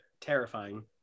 terrifying